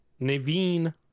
Naveen